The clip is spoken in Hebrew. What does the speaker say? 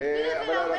תגביל את זה ל-45 יום.